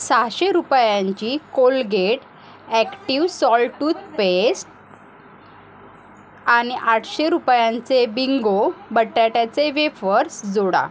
सहाशे रुपयांची Colgate active salt toothpaste आणि आठशे रुपयांचे बिंगो बटाट्याचे वेफर्स जोडा